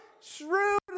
shrewd